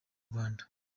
rwanda